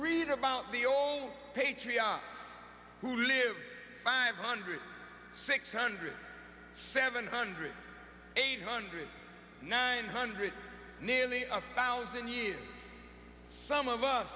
read about the old patriarchs who lived five hundred six hundred seven hundred eight hundred nine hundred nearly a thousand years some of us